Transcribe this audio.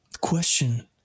question